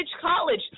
college